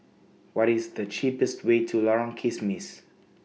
What IS The cheapest Way to Lorong Kismis